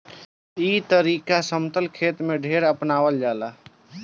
ई तरीका समतल खेत में ढेर अपनावल जाला